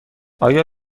آیا